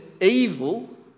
evil